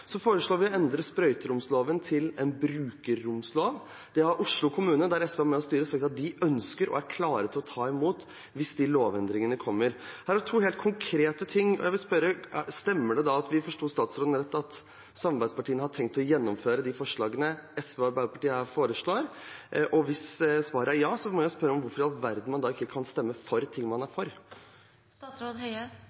Så foreslår vi å endre sprøyteromsloven til en brukerromslov. Det har Oslo kommune, der SV er med og styrer, sagt at de ønsker, og at de er klare til å ta imot hvis de lovendringene kommer. Her er det to helt konkrete ting, og jeg vil spørre: Stemmer det at vi forsto statsråden rett, at samarbeidspartiene har tenkt å gjennomføre de forslagene SV og Arbeiderpartiet her foreslår? Og hvis svaret er ja, må jeg spørre: Hvorfor i all verden kan man ikke stemme for ting man er